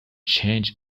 change